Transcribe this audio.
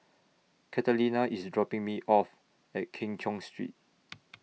Catalina IS dropping Me off At Keng Cheow Street